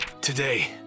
today